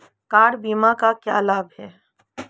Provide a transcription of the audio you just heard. Car बीमा का क्या लाभ है?